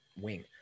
wing